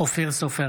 אופיר סופר,